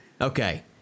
Okay